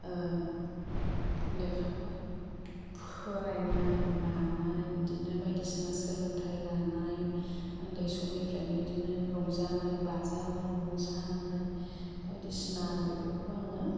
लेखा फरायनाय मानाय इदिनो बायदिसिना सोलोंथाइ लानाय उन्दै समनिफ्रायनो इदिनो रंजानाय बाजानाय मोसानाय बायदिसिना इफोरखौ आङो